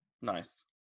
Nice